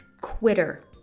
quitter